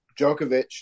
Djokovic